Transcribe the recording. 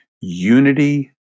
unity